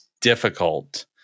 difficult